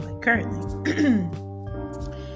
currently